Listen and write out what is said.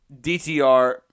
DTR